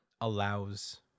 allows